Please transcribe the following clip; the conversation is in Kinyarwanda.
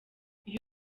iyo